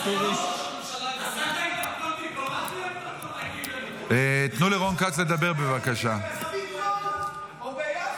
גלעד קריב (העבודה): איפה מטולה וקריית